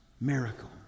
miracle